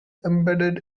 embedded